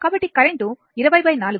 కాబట్టి కరెంట్ 204